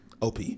OP